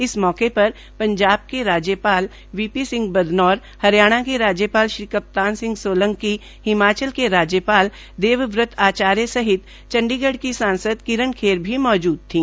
इस मौके पर पंजाब के राज्यपाल बी पी सिंह बदनौर हरियाणा के राज्यपाल श्री कप्तान सिंह सोलंकी हिमाचल के राज्यपाल श्री देववत आचार्य सहित चंडीगढ़ की सांसद श्रीमति किरण खेर भी मौजूद थी